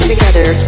Together